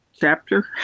chapter